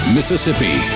Mississippi